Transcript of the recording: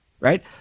right